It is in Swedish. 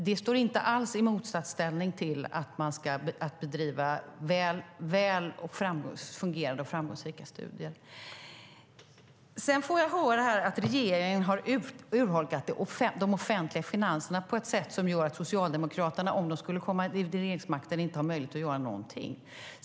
Det står inte alls i motsatsställning till väl fungerande och framgångsrika studier. Sedan får jag höra att regeringen har urholkat de offentliga finanserna på ett sätt som gör att Socialdemokraterna inte har möjlighet att göra någonting om de skulle komma till regeringsmakten.